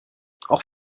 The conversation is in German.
auch